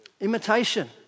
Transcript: Imitation